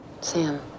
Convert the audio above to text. Sam